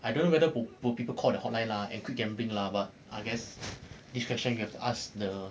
I don't know whether will will people call the hotline lah and quit gambling lah but I guess this question you have to ask the